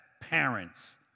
parents